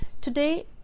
today